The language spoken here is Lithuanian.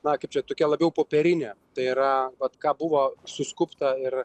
na kaip čia tokia labiau popierinė tai yra vat ką buvo suskubta ir